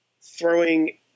throwing